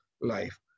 life